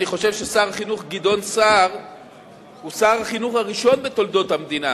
אני חושב ששר החינוך גדעון סער הוא שר החינוך הראשון בתולדות המדינה